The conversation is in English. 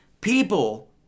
People